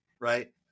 right